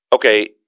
Okay